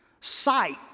Sight